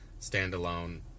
standalone